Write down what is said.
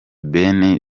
ben